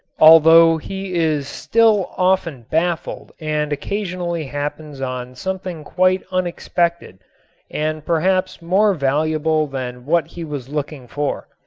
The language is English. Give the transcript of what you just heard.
although he is still often baffled and occasionally happens on something quite unexpected and perhaps more valuable than what he was looking for.